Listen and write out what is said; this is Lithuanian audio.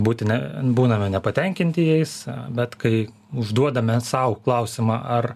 būtini būname nepatenkinti jais bet kai užduodame sau klausimą ar